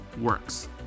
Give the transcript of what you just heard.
works